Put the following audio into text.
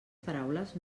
paraules